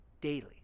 daily